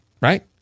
Right